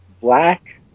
Black